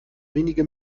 wenige